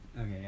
Okay